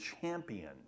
champion